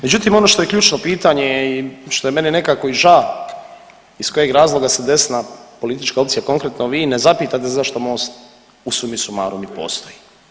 Međutim, ono što je ključno pitanje i što je meni nekako i ža iz kojeg razloga se desna politička opcija konkretno vi ne zapitate zašto MOST u sumi sumarum i postoji.